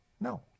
No